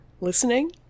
listening